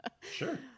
Sure